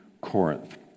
Corinth